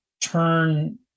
turn